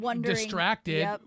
distracted